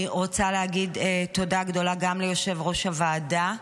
אני רוצה להגיד תודה גדולה גם ליושב-ראש הוועדה,